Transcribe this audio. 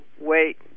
wait